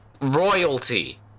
royalty